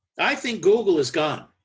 i think google is gone.